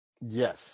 Yes